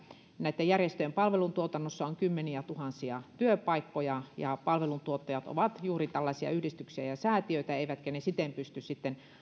näitten järjestöjen palveluntuotannossa on kymmeniätuhansia työpaikkoja ja palveluntuottajat ovat juuri tällaisia yhdistyksiä ja säätiöitä eivätkä ne siten pysty